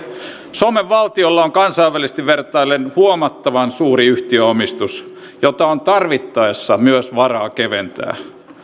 suomen valtiolla on kansainvälisesti vertaillen huomattavan suuri yhtiöomistus jota on tarvittaessa myös varaa keventää